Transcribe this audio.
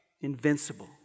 invincible